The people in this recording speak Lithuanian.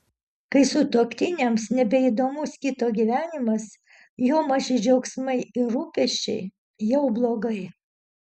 kai sutuoktiniams nebeįdomus kito gyvenimas jo maži džiaugsmai ir rūpesčiai jau blogai